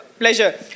pleasure